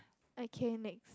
okay next